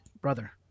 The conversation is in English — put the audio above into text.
brother